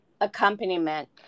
accompaniment